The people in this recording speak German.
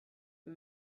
wir